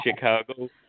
Chicago